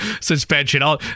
suspension